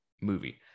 movie